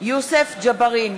יוסף ג'בארין,